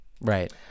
right